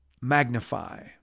magnify